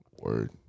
word